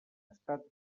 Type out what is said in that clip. estat